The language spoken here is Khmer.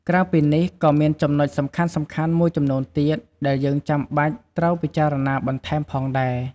ក្រៅពីនេះ ក៏មានចំណុចសំខាន់ៗមួយចំនួនទៀត ដែលយើងចាំបាច់ត្រូវពិចារណាបន្ថែមផងដែរ។